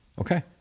Okay